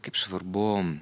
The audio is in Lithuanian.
kaip svarbu